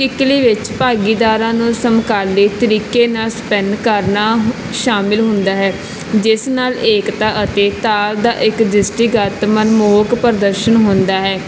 ਕਿੱਕਲੀ ਵਿੱਚ ਭਾਗੀਦਾਰਾਂ ਨਾਲ ਸਮਕਾਲੀ ਤਰੀਕੇ ਨਾਲ ਸਪਿਨ ਕਰਨਾ ਸ਼ਾਮਿਲ ਹੁੰਦਾ ਹੈ ਜਿਸ ਨਾਲ ਏਕਤਾ ਅਤੇ ਤਾਲ ਦਾ ਇੱਕ ਦ੍ਰਿਸ਼ਟੀਗਤ ਮਨਮੋਹਕ ਪ੍ਰਦਰਸ਼ਨ ਹੁੰਦਾ ਹੈ